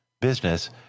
business